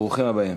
ברוכים הבאים.